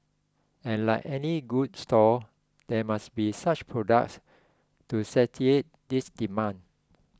and like any good store there must be such products to satiate this demand